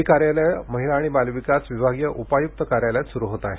ही कार्यालये महिला आणि बालविकास विभागीय उपायुक्त कार्यालयात सुरू होत आहेत